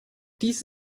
dies